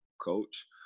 Coach